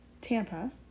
Tampa